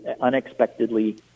unexpectedly